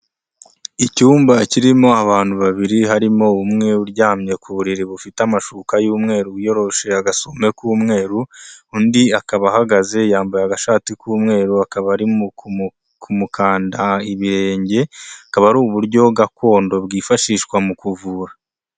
Icyumba kirimo abantu babiri harimo umwe uryamye ku buriri bufite amashuka y'umweru wiyoroshe agasume k'umweru, undi akaba ahagaze yambaye agashati k'umweru akaba ari kumukanda ibirenge, kaba ari uburyo gakondo bwifashishwa mu kuvura.